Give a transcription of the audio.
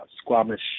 Squamish